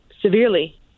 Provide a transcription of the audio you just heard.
severely